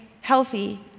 healthy